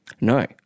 No